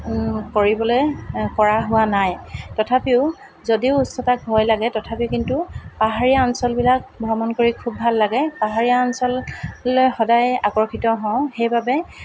কৰিবলৈ কৰা হোৱা নাই তথাপিও যদি উচ্চতাক ভয় লাগে তথাপি কিন্তু পাহাৰীয়া অঞ্চলবিলাক ভ্ৰমণ কৰি খুব ভাল লাগে পাহাৰীয়া অঞ্চললৈ সদায় আকৰ্ষিত হওঁ সেইবাবে